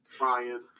Ryan